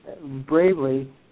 bravely